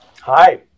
Hi